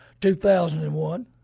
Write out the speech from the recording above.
2001